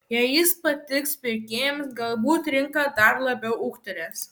jei jis patiks pirkėjams galbūt rinka dar labiau ūgtelės